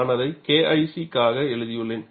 நான் அதை KIC க்காக எழுதியுள்ளேன்